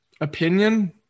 opinion